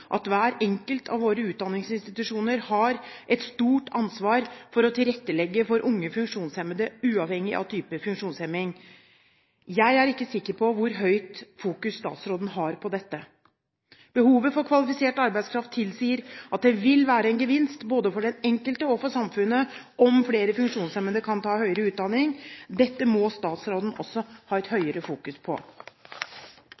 at hver enkelt av våre utdanningsinstitusjoner har et stort ansvar for å tilrettelegge for unge funksjonshemmede uavhengig av type funksjonshemming. Jeg er ikke sikker på hvor mye statsråden fokuserer på dette. Behovet for kvalifisert arbeidskraft tilsier at det vil være en gevinst, både for den enkelte og for samfunnet, om flere funksjonshemmede kan ta høyere utdanning. Dette må statsråden også